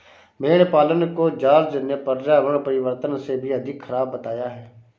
भेड़ पालन को जॉर्ज ने पर्यावरण परिवर्तन से भी अधिक खराब बताया है